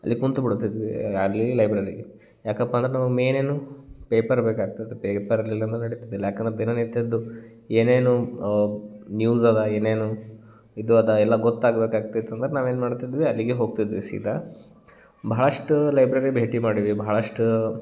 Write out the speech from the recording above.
ಅಲ್ಲಿ ಕೂತ್ಬಿಡ್ತಿದ್ವಿ ಎಲ್ಲಿ ಲೈಬ್ರೆರಿಲಿ ಯಾಕಪ್ಪ ಅಂದ್ರೆ ನಾವು ಮೇಯ್ನ್ ಏನು ಪೇಪರ್ ಬೇಕಾಗ್ತಿತ್ತು ಪೇಪರ್ ಇರ್ಲಿಲ್ಲಂದ್ರೆ ನಡಿತಿದ್ದಿಲ್ಲ ಯಾಕಂದ್ರೆ ದಿನನಿತ್ಯದ್ದು ಏನೇನು ನ್ಯೂಸ್ ಅದ ಏನೇನು ಇದು ಅದ ಎಲ್ಲ ಗೊತ್ತಾಗ್ಬೇಕಾಗ್ತಿತಂದ್ರೆ ನಾವೇನು ಮಾಡ್ತಿದ್ವಿ ಅಲ್ಲಿಗೇ ಹೋಗ್ತಿದ್ವಿ ಸೀದಾ ಬಹಳಷ್ಟು ಲೈಬ್ರೆರಿ ಭೇಟಿ ಮಾಡೀವಿ ಬಹಳಷ್ಟು